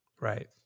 Right